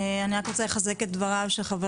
אני רק רוצה לחזק את דברים של חבר